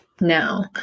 Now